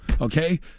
okay